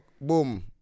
Boom